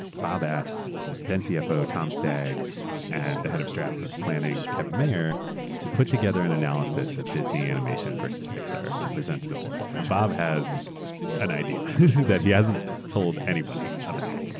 bob asks then cfo tom staggs and the head of strat but planning kevin mayer to put together an analysis of disney animation versus pixar to present to the board. and bob has an idea that he hasnaeurt told anybody about.